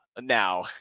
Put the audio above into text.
now